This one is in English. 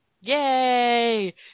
Yay